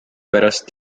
pärast